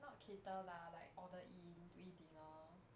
not cater lah like order in to eat dinner